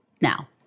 now